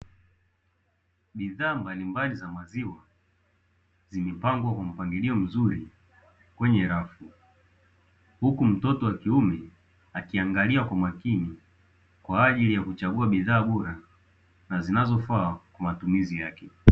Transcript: Bidhaa mbalimbali za maziwa zimepangwa kwa mpangilio mzuri kwenye rafu huku mtoto wa kiume, akiangalia kwa makini kwa ajili ya kuchagua bidhaa bora na zinazofaa kwa matumizi yake.